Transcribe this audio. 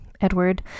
Edward